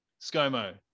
ScoMo